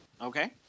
Okay